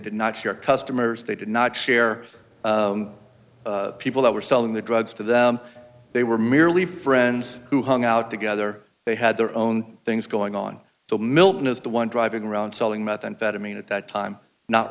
did not share customers they did not share people that were selling the drugs to them they were merely friends who hung out together they had their own things going on so milton is the one driving around selling methamphetamine at that time not